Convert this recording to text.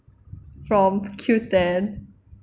from Qoo Ten